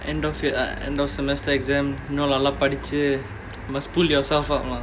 end of year uh end of semester exam இன்னும் நல்லா படிச்சி:innum nallaa padichi must pull yourself up lah